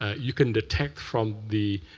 you can detect from the,